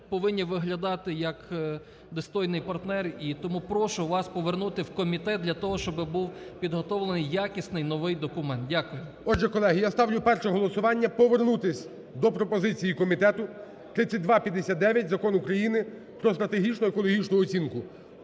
повинні виглядати як достойний партнер. І тому прошу вас повернути в комітет для того, щоби був підготовлений якісний новий документ. Дякую. ГОЛОВУЮЧИЙ. Отже, колеги, я ставлю перше голосування, повернутись до пропозиції комітету, 3259, Закон України "Про стратегічну екологічну оцінку".